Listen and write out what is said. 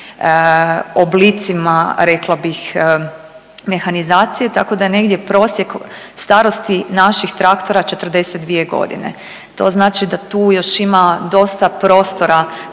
oblicima, rekla bih mehanizacije, tako da je negdje prosjek starosti naših traktora 42 godine. To znači da tu još ima dosta prostora